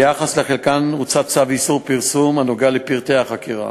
ביחס לחלקם הוצא צו איסור פרסום הנוגע לפרטי החקירה.